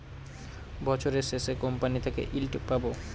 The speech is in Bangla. বছরের শেষে কোম্পানি থেকে ইল্ড পাবো